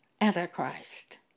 Antichrist